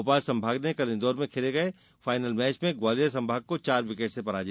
भोपाल संभाग ने कल इन्दौर में खेले गये फायनल मैच में ग्वालियर संभाग को चार विकेट से हराया